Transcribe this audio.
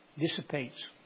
dissipates